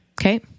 Okay